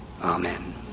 Amen